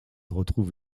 retrouve